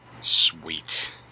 sweet